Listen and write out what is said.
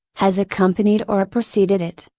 has accompanied or preceded it,